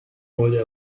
was